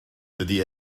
dydy